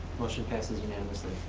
motion passes unanimously.